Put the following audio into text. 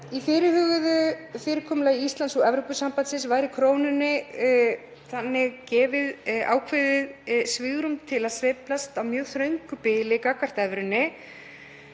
Í fyrirhuguðu fyrirkomulagi Íslands og Evrópusambandsins væri krónunni gefið ákveðið svigrúm til að sveiflast á mjög þröngu bili gagnvart evrunni